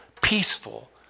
peaceful